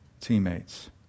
teammates